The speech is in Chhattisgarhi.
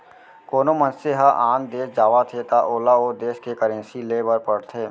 कोना मनसे ह आन देस जावत हे त ओला ओ देस के करेंसी लेय बर पड़थे